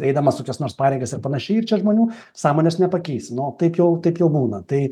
eidamas kokias nors pareigas ir panašiai ir čia žmonių sąmonės nepakeisi no taip jau taip jau būna tai